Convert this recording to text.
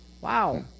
wow